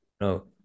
No